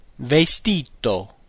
vestito